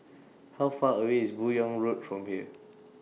How Far away IS Buyong Road from here